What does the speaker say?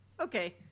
okay